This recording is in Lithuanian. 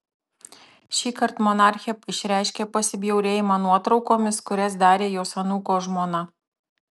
šįkart monarchė išreiškė pasibjaurėjimą nuotraukomis kurias darė jos anūko žmona